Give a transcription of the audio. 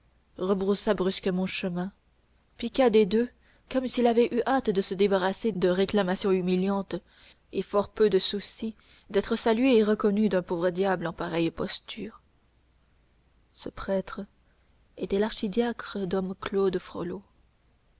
rebroussa brusquement chemin piqua des deux comme s'il avait eu hâte de se débarrasser de réclamations humiliantes et fort peu de souci d'être salué et reconnu d'un pauvre diable en pareille posture ce prêtre était l'archidiacre dom claude